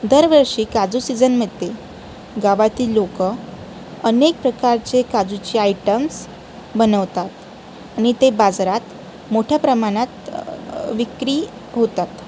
दरवर्षी काजू सीजनमध्ये गावातील लोकं अनेक प्रकारचे काजूचे आयटम्स बनवतात आणि ते बाजारात मोठ्या प्रमाणात विक्री होतात